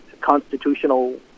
constitutional